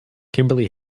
kimberly